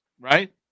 right